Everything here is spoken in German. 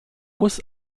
muss